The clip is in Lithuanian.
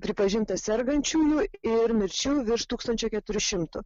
pripažinta sergančiųjų ir mirčių virš tūkstančio keturių šimtų